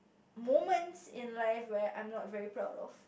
moments in life where I'm not very proud of